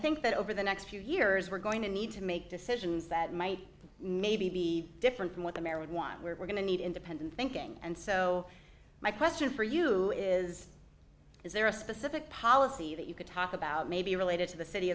think that over the next few years we're going to need to make decisions that might maybe be different from what the mare would want where we're going to need independent thinking and so my question for you is is there a specific policy that you could talk about maybe related to the city